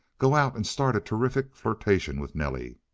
go out and start a terrific flirtation with nelly.